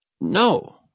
no